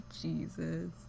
jesus